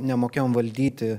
nemokėjom valdyti